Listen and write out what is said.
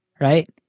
right